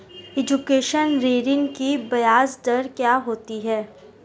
Education ऋृण की ब्याज दर क्या होती हैं?